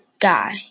guy